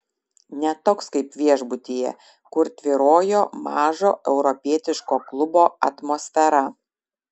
ne toks kaip viešbutyje kur tvyrojo mažo europietiško klubo atmosfera